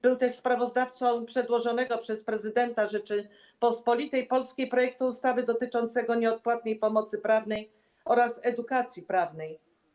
Był też sprawozdawcą przedłożonego przez prezydenta Rzeczypospolitej Polskiej projektu ustawy dotyczącego nieodpłatnej pomocy prawnej oraz edukacji prawnej.